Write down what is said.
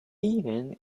even